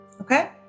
okay